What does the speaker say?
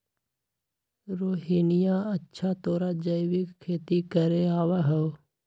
रोहिणीया, अच्छा तोरा जैविक खेती करे आवा हाउ?